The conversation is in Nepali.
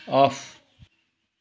अफ